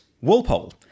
Walpole